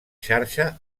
xarxa